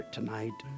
tonight